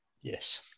yes